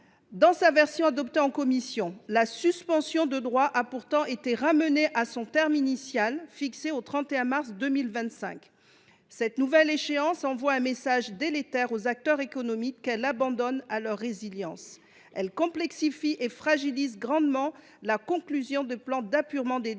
Dans le texte de la commission, la suspension de droit a pourtant été ramenée à son terme initial, soit au 31 mars 2025. Cette nouvelle échéance envoie un message délétère aux acteurs économiques, qu’elle abandonne à leur résilience. Elle complexifie et fragilise grandement la conclusion de plans d’apurement des dettes,